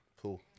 Cool